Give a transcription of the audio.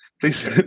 Please